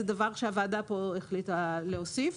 זה דבר שהוועדה כאן החליטה להוסיף